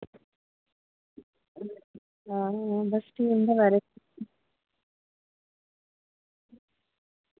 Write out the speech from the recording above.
आं भी उंदे बारै ई